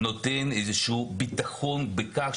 אני לא רופאה,